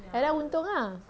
aira untung ah